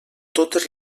totes